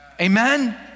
Amen